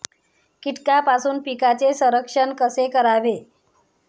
कीटकांपासून पिकांचे संरक्षण कसे करावे?